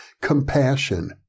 Compassion